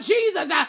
Jesus